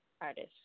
artist